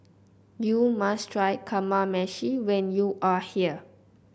you must try Kamameshi when you are here